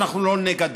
שאנחנו לא נגדל.